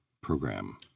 program